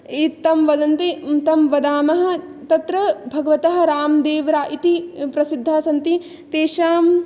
इत्थं वदन्ति तं वदामः तत्र भगवतः रामदेवरा इति प्रसिद्धाः सन्ति तेषां